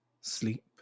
sleep